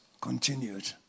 continued